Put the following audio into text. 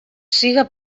siga